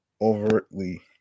overtly